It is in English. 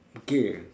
okay